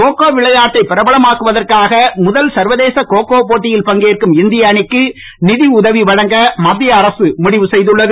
கோ கோ விளையாட்டை பிரபலமாக்குவதற்காக முதல் சர்வதேச கோ கோ போட்டியில் பங்கேற்கும் இந்திய அணிக்கு நிதி உதவி வழங்க மத்திய அரசு முடிவு செய்துள்ளது